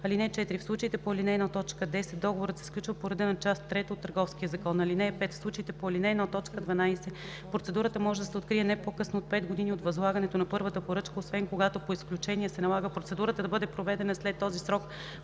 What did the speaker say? (4) В случаите по ал. 1, т. 10 договорът се сключва по реда на част трета от Търговския закон. (5) В случаите по ал. 1, т. 12 процедурата може да се открие не по-късно от 5 години от възлагането на първата поръчка, освен когато по изключение се налага процедурата да бъде проведена след този срок